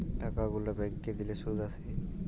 টাকা গুলা ব্যাংকে দিলে শুধ আসে